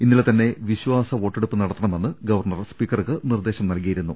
ഇന്നലെത്തന്നെ വിശ്വാസ വോട്ടെടുപ്പ് നടത്തണമെന്ന് ഗവർണർ സ്പീക്കർക്ക് നിർദേശം നൽകിയിരുന്നു